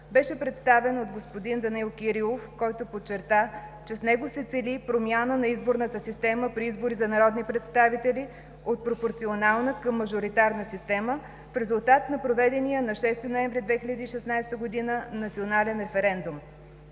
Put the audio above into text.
беше представен от господин Данаил Кирилов, който подчерта, че с него се цели промяна на изборната система при избори за народни представители от пропорционална към мажоритарна система, в резултат на проведения на 6 ноември 2016 г. национален референдум.